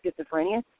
schizophrenia